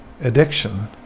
addiction